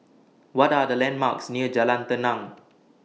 What Are The landmarks near Jalan Tenang